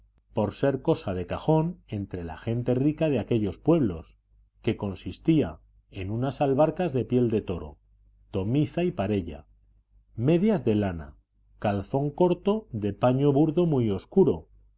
por ser cosa de cajón entre la gente rica de aquellos pueblos que consistía en unas albarcas de piel de toro tomiza y parella medias de lana calzón corto de paño burdo muy oscuro